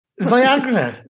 Viagra